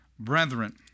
Brethren